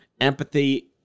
empathy